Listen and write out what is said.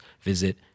visit